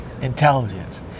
intelligence